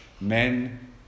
men